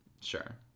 Sure